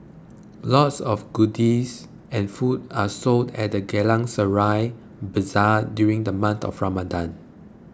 lots of goodies and food are sold at the Geylang Serai Bazaar during the month of Ramadan